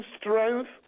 strength